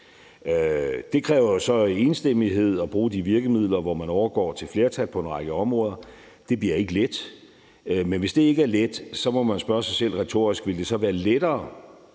Det kræver jo så enstemmighed at bruge de virkemidler, hvor man overgår til flertal på en række områder. Det bliver ikke let. Men hvis det ikke er let, må man jo spørge sig selv retorisk: Ville det så være lettere